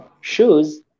shoes